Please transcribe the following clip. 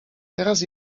teraz